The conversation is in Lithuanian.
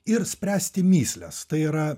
ir spręsti mįsles tai yra